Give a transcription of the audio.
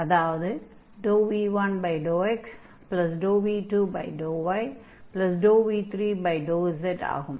அதாவது v1∂xv2∂yv3∂z ஆகும்